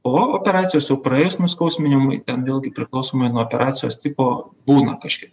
po operacijos jau praėjus nuskausminimui ten vėlgi priklausomai nuo operacijos tipo būna kažkiek